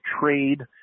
trade